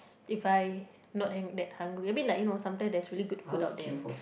if I not that hungry I mean like you know sometimes there's really good food out there